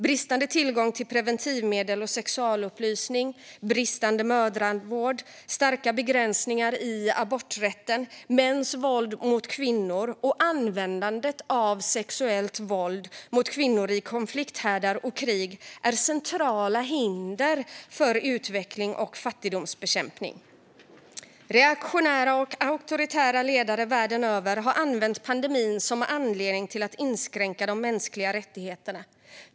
Bristande tillgång till preventivmedel och sexualupplysning, bristande mödravård, starka begränsningar i aborträtten, mäns våld mot kvinnor och användandet av sexuellt våld mot kvinnor i konflikthärdar och krig är centrala hinder för utveckling och fattigdomsbekämpning. Reaktionära och auktoritära ledare världen över har använt pandemin som anledning till att inskränka de mänskliga rättigheterna.